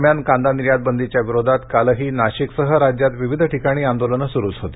दरम्यान कांदा निर्यात बंदीच्या विरोधात कालही नाशिकसह राज्यात विविध ठिकाणी आंदोलनं सुरूच होती